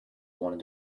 wanted